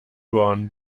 one